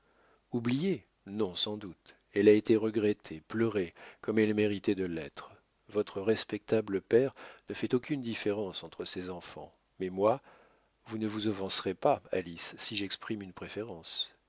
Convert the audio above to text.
oubliée non sans doute elle a été regrettée pleurée comme elle méritait de l'être votre respectable père ne fait aucune différence entre ses enfants mais moi vous ne vous offenserez pas alice si j'exprime une préférence